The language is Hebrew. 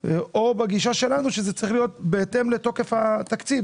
או בגישה שלנו שזה צריך להיות בהתאם לתוקף התקציב,